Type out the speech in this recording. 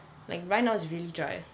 like right now is really dry